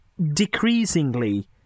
decreasingly